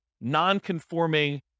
non-conforming